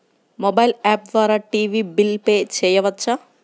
Mobile app ద్వారా TV bill pay చేయవచ్చా?